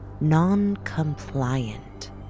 non-compliant